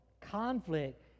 conflict